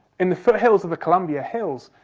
in the sort of hills of the colombia hills,